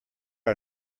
are